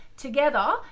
Together